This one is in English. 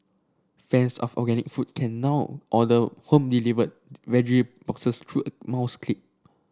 fans of organic food can now order home delivered veggie boxes through a mouse click